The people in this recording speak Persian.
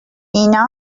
اینا